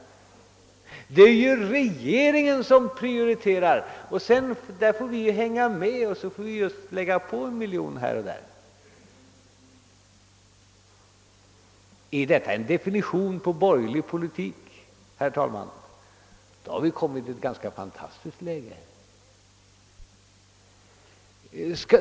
Det är ju regeringen som prioriterar, och sedan får vi hänga med och lägga på en miljon här och där.» Är detta en definition av borgerlig politik, herr talman, då har vi hamnat i ett ganska enastående läge.